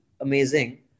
amazing